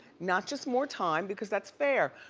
not just more time because that's fair.